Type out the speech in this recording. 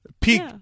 Peak